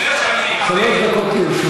אתה משווה את זה לטרוריסט?